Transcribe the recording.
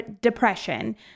depression